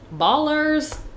Ballers